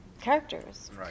characters